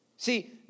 See